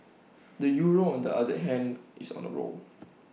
the euro on the other hand is on A roll